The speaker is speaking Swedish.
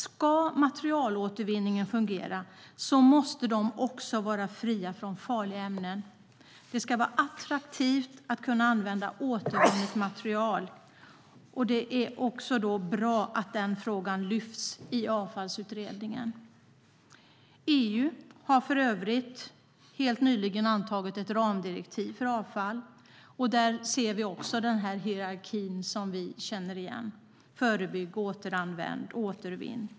Om materialåtervinningen ska fungera måste materialet också vara fritt från farliga ämnen. Det ska vara attraktivt att kunna använda återvunnet material. Det är bra att denna fråga lyfts fram i Avfallsutredningen. EU har för övrigt helt nyligen antagit ett ramdirektiv för avfall. Där ser vi också den här hierarkin som vi känner igen: förebygg, återanvänd, återvinn.